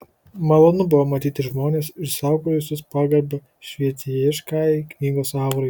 malonu buvo matyti žmones išsaugojusius pagarbą švietėjiškajai knygos aurai